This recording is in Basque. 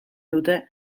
dute